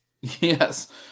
Yes